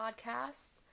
podcast